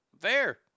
Fair